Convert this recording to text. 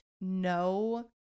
no